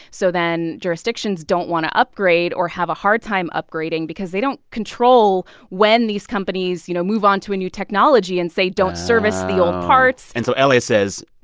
so then jurisdictions don't want to upgrade or have a hard time upgrading because they don't control when these companies, you know, move on to a new technology and, say, don't service the old parts and so la and says,